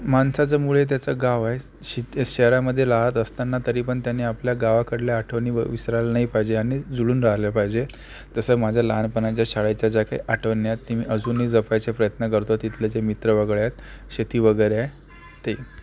माणसाचं मूळ हे त्याचं गाव आहे सि शहरांमध्ये राहत असताना तरी पण त्याने आपल्या गावाकडल्या आठवणी व विसरायला नाही पाहिजे आणि जुळून राहिलं पाहिजे तसं माझं लहानपणाच्या शाळेच्या ज्या काही आठवणी आहेत ते मी अजूनही जपायचा प्रयत्न करतो तिथले जे मित्र वगैरे आहेत शेती वगैरे आहे ते